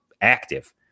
active